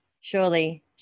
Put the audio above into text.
surely